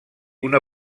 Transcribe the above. una